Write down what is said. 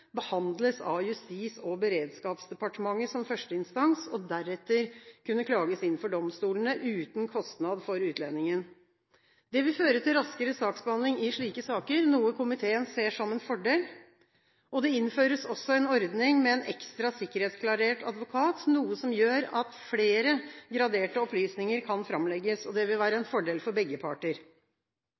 behandles av Justis- og beredskapsdepartementet som førsteinstans og deretter kunne klages inn for domstolene, uten kostnad for utlendingen. Det vil føre til raskere saksbehandling i slike saker, noe komiteen ser som en fordel. Det innføres også en ordning med en ekstra sikkerhetsklarert advokat, noe som gjør at flere graderte opplysninger kan framlegges. Det vil være en fordel for begge parter.